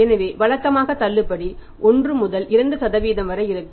எனவே வழக்கமாக தள்ளுபடி 1 முதல் 2 வரை இருக்கும்